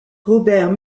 robert